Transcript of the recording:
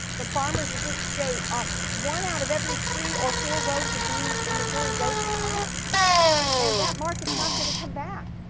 the farmers of this state are one out of every three or four rows of beans in missouri goes to china and that market is not going to come backs,